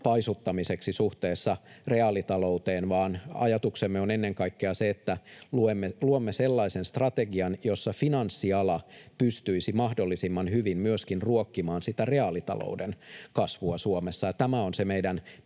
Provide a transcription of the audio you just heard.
paisuttamiseksi suhteessa reaalitalouteen, vaan ajatuksemme on ennen kaikkea se, että luomme sellaisen strategian, jossa finanssiala pystyisi mahdollisimman hyvin myöskin ruokkimaan reaalitalouden kasvua Suomessa. Tämä on se meidän